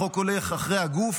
החוק הולך אחרי הגוף.